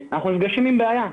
נפגשנו עם בעיה,